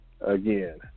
again